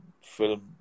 film